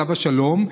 עליו השלום,